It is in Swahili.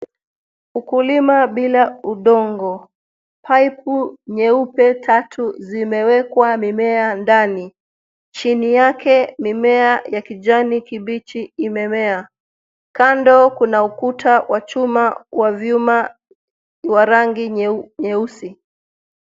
Ukulima bila udongo. Pipe nyeupe tatu zimewekwa mimea ndani. Chini yake mimea ya kijani kibichi imemea. Kando kuna ukuta wa chuma wa vyuma wa rangi nyeusi.